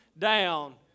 down